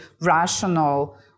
rational